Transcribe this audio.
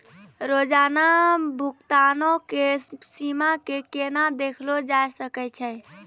रोजाना भुगतानो के सीमा के केना देखलो जाय सकै छै?